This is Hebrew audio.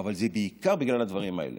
אבל זה בעיקר בגלל הדברים האלה.